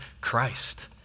Christ